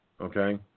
Okay